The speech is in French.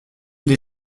les